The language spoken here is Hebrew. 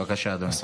בבקשה, אדוני.